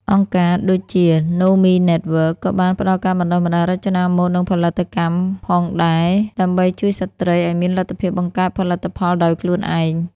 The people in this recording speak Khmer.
អង្គការដូចជា ណូមី ណេតវើក Nomi Network ក៏បានផ្តល់ការបណ្តុះបណ្តាលរចនាម៉ូដ និងផលិតកម្មផងដែរ ដើម្បីជួយស្ត្រីឱ្យមានលទ្ធភាពបង្កើតផលិតផលដោយខ្លួនឯង។